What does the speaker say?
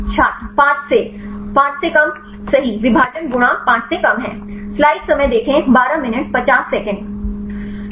छात्र 5 से 5 से कम सही विभाजन गुणांक 5 से कम है